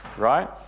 Right